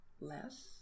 less